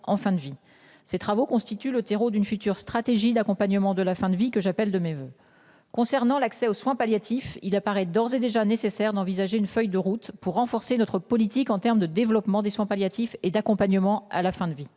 en fin de vie. Ces travaux constituent le terreau d'une future stratégie d'accompagnement de la fin de vie que j'appelle de mes voeux concernant l'accès aux soins palliatifs il apparaît d'ores et déjà nécessaire d'envisager une feuille de route pour renforcer notre politique en terme de développement des soins palliatifs et d'accompagnement à la fin de vie.